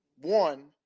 one